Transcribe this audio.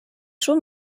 schon